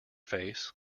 face